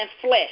flesh